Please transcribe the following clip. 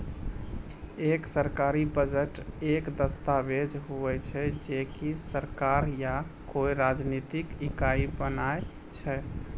एक सरकारी बजट एक दस्ताबेज हुवै छै जे की सरकार या कोय राजनितिक इकाई बनाय छै